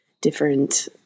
different